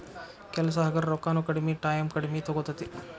ಕೆಲಸಾ ಹಗರ ರೊಕ್ಕಾನು ಕಡಮಿ ಟಾಯಮು ಕಡಮಿ ತುಗೊತತಿ